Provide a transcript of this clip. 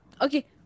okay